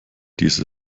diese